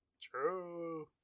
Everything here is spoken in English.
True